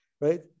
right